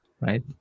right